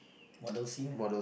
model scene ah